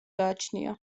გააჩნია